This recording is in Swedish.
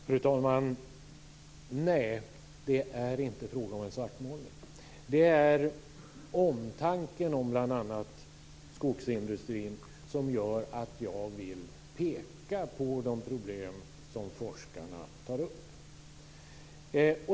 Fru talman! Nej, det är inte fråga om en svartmålning. Det är omtanken om bl.a. skogsindustrin som gör att jag vill peka på de problem som forskarna tar upp.